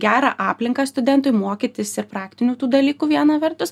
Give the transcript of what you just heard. gerą aplinką studentui mokytis ir praktinių tų dalykų viena vertus